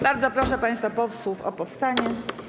Bardzo proszę państwa posłów o powstanie.